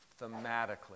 thematically